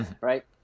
Right